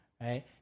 right